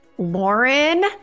Lauren